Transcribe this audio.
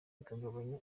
bikagabanya